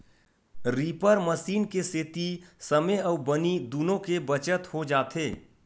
reaper machine के सेती समे अउ बनी दुनो के बचत हो जाथे